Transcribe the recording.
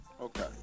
Okay